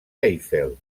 eiffel